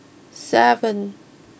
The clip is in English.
seven